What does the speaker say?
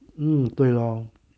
嗯对咯